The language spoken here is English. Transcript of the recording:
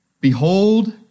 Behold